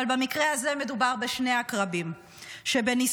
אבל במקרה הזה מדובר בשני עקרבים שבניסיונם